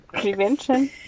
Prevention